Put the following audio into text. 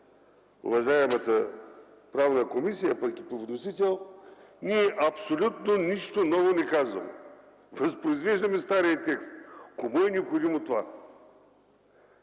уважаемата Правна комисия пък и по вносител, ние нищо ново не казваме – възпроизвеждаме стария текст. Кому е необходимо това?